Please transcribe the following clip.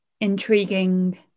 intriguing